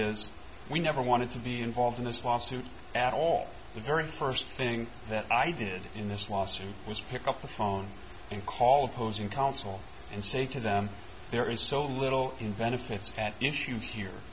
is we never wanted to be involved in this lawsuit at all the very first thing that i did in this lawsuit was pick up the phone and call opposing counsel and say to them there is so little invent if it's at issue here